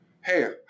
hey